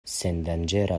sendanĝera